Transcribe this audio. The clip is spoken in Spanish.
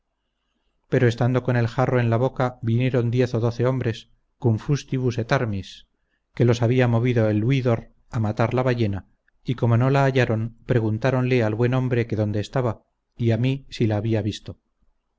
pero estando con el jarro en la boca vinieron diez o doce hombres cum fustibus et armis que los había movido el huidor a matar la ballena y como no la hallaron preguntáronle al buen hombre que dónde estaba y a mí si la había visto